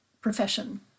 profession